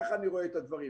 ככה אני רואה את הדברים.